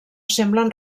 semblen